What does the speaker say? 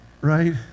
right